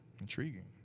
Intriguing